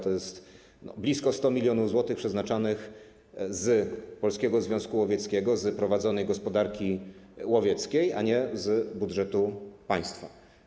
To jest blisko 100 mln zł przeznaczanych z Polskiego Związku Łowieckiego, z prowadzonej gospodarki łowieckiej, a nie z budżetu państwa.